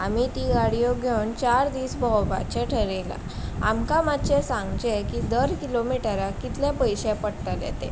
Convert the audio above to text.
आमी ती गाडयो घेवन चार दीस भोंवपाचें ठरयलां आमकां मातशें सांगचें की दर किलोमिटराक कितले पयशे पडटले ते